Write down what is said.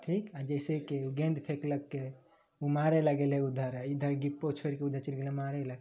ठीक आ जैसे कि ऊ गेन्द फेकलकै ऊ मारे ला गेलै उधर आ ई यानि डिप्पो छोइड़ के चैल गेलै मारे ला